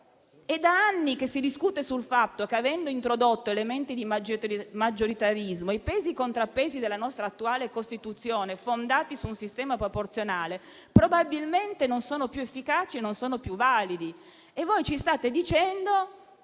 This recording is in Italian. È da anni che si discute del fatto che, avendo introdotto elementi di maggioritarismo, i pesi e i contrappesi della nostra attuale Costituzione, fondati su un sistema proporzionale, probabilmente non sono più efficaci né validi. E voi ci state dicendo